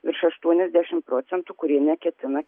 virš aštuoniasdešim procentų kurie neketina